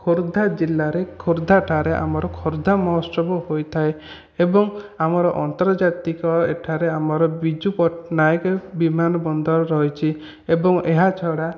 ଖୋର୍ଦ୍ଧା ଜିଲ୍ଲାରେ ଖୋର୍ଦ୍ଧା ଠାରେ ଆମର ଖୋର୍ଦ୍ଧା ମହୋତ୍ସବ ହୋଇଥାଏ ଏବଂ ଆମର ଆନ୍ତର୍ଜାତିକ ଏଠାରେ ଆମର ବିଜୁ ପଟ୍ଟନାୟକ ବିମାନବନ୍ଦର ରହିଛି ଏବଂ ଏହାଛଡ଼ା